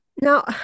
Now